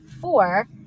four